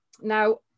now